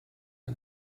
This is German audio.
der